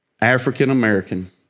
African-American